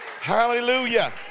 Hallelujah